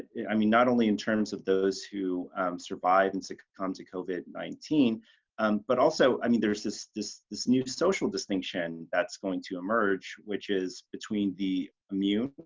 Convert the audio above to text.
i mean not only in terms of those who survive and succumb to covid nineteen um but also i mean there's this this this new social distinction that's going to emerge which is between the immune,